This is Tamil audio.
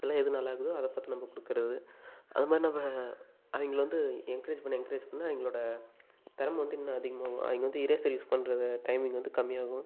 இதலாம் எது நல்லா இருக்குதோ அதை பார்த்து நம்ம கொடுக்கறது அதை மாதிரி நம்ம அவங்கள வந்து என்கரேஜ் பண்ண என்கரேஜ் பண்ண இவங்களோட திறம வந்து இன்னும் அதிகமாகும் அவங்க வந்து இரேசர் யூஸ் பண்றதை டைமிங் வந்து கம்மியாகும்